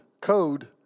code